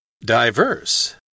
diverse